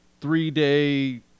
three-day